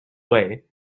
way